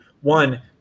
one